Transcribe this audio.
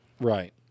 Right